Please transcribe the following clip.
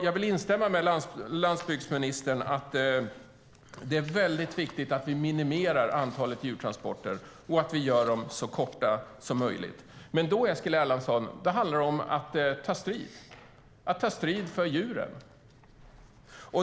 Jag instämmer med landsbygdsministern: Det är viktigt att vi minimerar antalet djurtransporter och att vi gör dem så korta som möjligt. Men då, Eskil Erlandsson, handlar det om att ta strid - att ta strid för djuren.